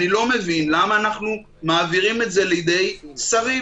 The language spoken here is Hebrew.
אני לא מבין למה אנחנו מעבירים את זה לידי שרים.